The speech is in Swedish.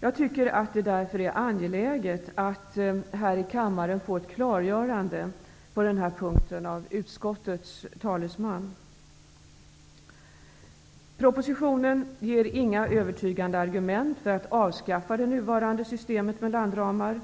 Det är därför angeläget att här i kammaren få ett klargörande på den här punkten av utskottets talesman. Propositionen ger inga övertygande argument för att avskaffa det nuvarande systemet med landramar.